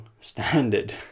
standard